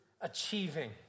achieving